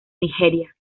nigeria